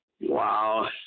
Wow